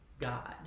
God